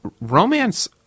Romance